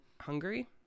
Hungary